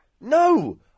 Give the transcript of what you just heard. No